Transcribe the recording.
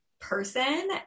person